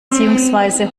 beziehungsweise